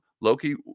Loki